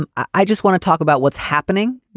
and i just want to talk about what's happening.